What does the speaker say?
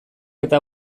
eta